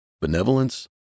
benevolence